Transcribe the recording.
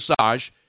massage